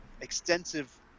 extensive